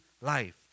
life